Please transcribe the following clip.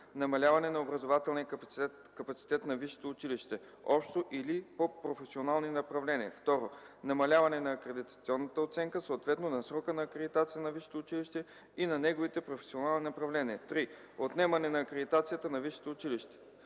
намаляване на образователния капацитет на висшето училище – общо или по професионални направления; 2. намаляване на акредитационната оценка, съответно на срока на акредитация на висшето училище и на неговите професионални направления; 3. отнемане на акредитацията на висшето училище.”